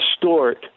distort